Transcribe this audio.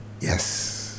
yes